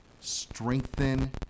strengthen